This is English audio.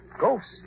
Ghosts